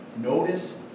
Notice